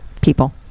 people